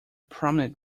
prominent